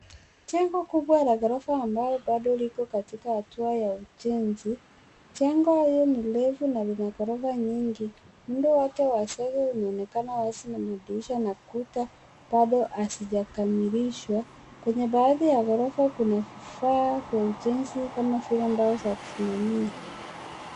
Jengo kubwa la ghorofa ambayo bado liko katika hatua ya ujenzi. Jengo hiyo ni refu na lina ghorofa nyingi. Muundo wake wa sege unaonekana wazi na madirisha na kuta bado hazijakamilishwa. Kwenye baadhi ya ghorofa kuna vifaa vya ujenzi kama vile mbao za kusimamia.